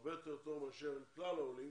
הרבה יותר טוב מאשר כלל העולים